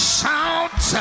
Shout